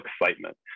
excitement